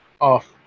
off